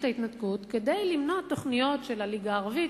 ההתנתקות כדי למנוע תוכניות של הליגה הערבית,